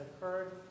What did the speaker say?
occurred